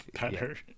better